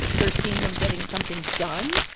they're seeing them getting something done,